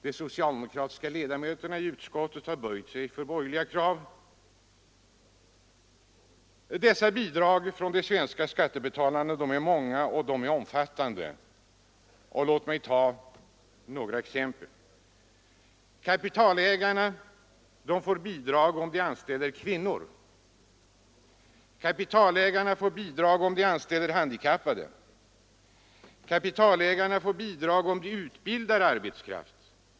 De socialdemokratiska ledamöterna i utskottet har böjt sig för borgerliga krav. Dessa bidrag från de svenska skattebetalarna är många och omfattande. Låt mig ta några exempel: Kapitalägarna i Sverige får bidrag om de anställer äldre arbetskraft. Kapitalägarna får bidrag om de anställer ungdom. Kapitalägarna får bidrag om de anställer kvinnor. Kapitalägarna får bidrag om de anställer handikappade. Kapitalägarna får bidrag om de utbildar arbetskraft.